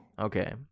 Okay